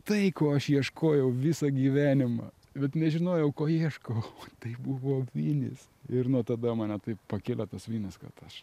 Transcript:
tai ko aš ieškojau visą gyvenimą bet nežinojau ko ieškau o tai buvo vinys ir nuo tada mane taip pakėlė tos vinys kad aš